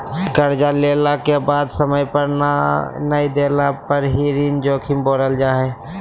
कर्जा लेला के बाद समय पर नय देला पर ही ऋण जोखिम बोलल जा हइ